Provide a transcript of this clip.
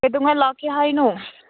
ꯀꯩꯗꯧꯉꯩ ꯂꯥꯛꯀꯦ ꯍꯥꯏꯅꯣ